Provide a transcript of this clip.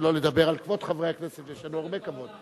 שלא לדבר על כבוד חברי הכנסת, ויש לנו הרבה כבוד.